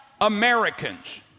Americans